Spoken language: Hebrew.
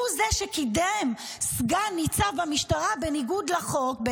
הוא זה שקידם סגן ניצב במשטרה בניגוד לחוק,